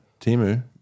Timu